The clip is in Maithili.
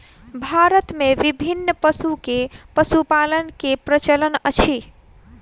भारत मे विभिन्न पशु के पशुपालन के प्रचलन अछि